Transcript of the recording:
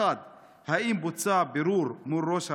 1. האם בוצע בירור מול ראש העיר?